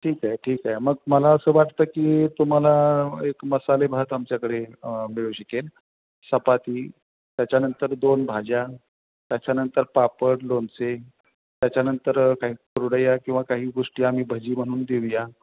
ठीक आहे ठीक आहे मग मला असं वाटतं की तुम्हाला एक मसाले भात आमच्याकडे मिळू शिकेल चपाती त्याच्यानंतर दोन भाज्या त्याच्यानंतर पापड लोणचे त्याच्यानंतर काही कुरडया किंवा काही गोष्टी आम्ही भजी म्हणून देऊया